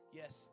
yes